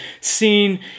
seen